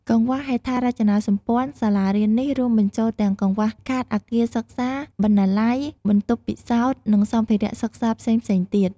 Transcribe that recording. កង្វះហេដ្ឋារចនាសម្ព័ន្ធសាលារៀននេះរួមបញ្ចូលទាំងកង្វះខាតអគារសិក្សា បណ្ណាល័យ បន្ទប់ពិសោធន៍ និងសម្ភារៈសិក្សាផ្សេងៗទៀត។